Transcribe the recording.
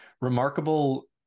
remarkable